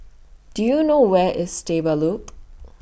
Do YOU know Where IS Stable Loop